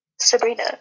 Sabrina